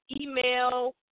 email